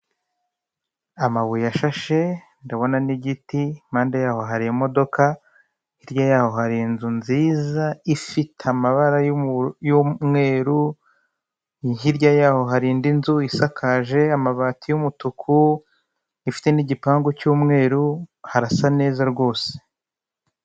Amabuye ashashe ndabonamo igiti, impande yaho hari imodoka, hirya yaho hari inzu nziza ifite amabara y'umweru, hirya yaho hari indi nzu isakaje amabati y'umutuku, ifite n'igipangu cy'umweru, harasa neza rwose.